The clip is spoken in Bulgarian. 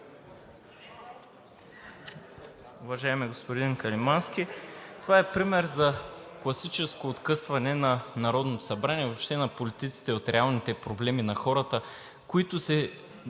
Уважаеми господин Каримански, това е пример за класическо откъсване на Народното събрание, въобще на политиците от реалните проблеми на хората, които бяха